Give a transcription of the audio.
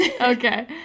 Okay